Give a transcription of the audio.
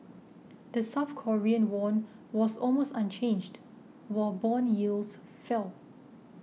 the South Korean won was almost unchanged while bond yields fell